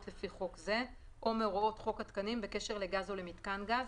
לפי חוק זה או מהוראות חוק התקנים בקשר לגז או למיתקן גז,